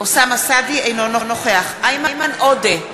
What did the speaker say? אינו נוכח איימן עודה,